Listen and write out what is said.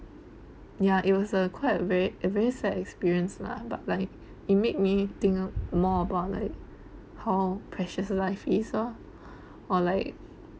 ya it was a quite a very a very sad experience lah but like it made me think more about like how precious life is lor or like